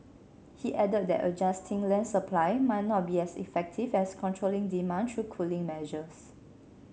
he added that adjusting land supply might not be as effective as controlling demand through cooling measures